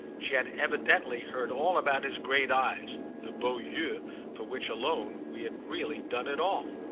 she had evidently heard all about his great eyes the beaux yeux for which alone we had really done it all.